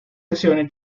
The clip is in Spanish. sesiones